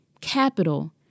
capital